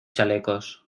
chalecos